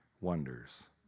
wonders